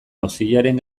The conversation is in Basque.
auziaren